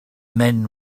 men